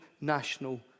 national